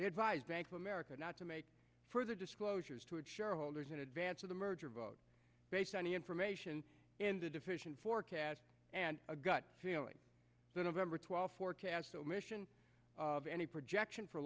the advise bank of america not to make further disclosures to a shareholders in advance of the merger vote based on the information in the deficient forecast and a gut feeling the november twelfth forecast omission of any projection for